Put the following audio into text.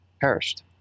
perished